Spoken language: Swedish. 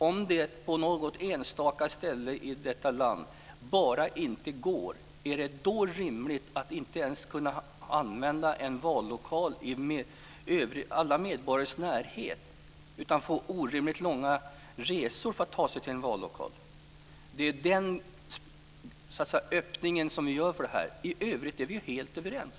Om det på något enstaka ställe i detta land bara inte går, är det då rimligt att inte ens kunna använda en vallokal i alla övriga medborgares närhet utan de ska få orimligt långa resor för att ta sig till en vallokal? Det är den öppningen som vi gör. I övrigt är vi helt överens.